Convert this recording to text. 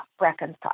reconcile